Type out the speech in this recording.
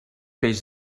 peix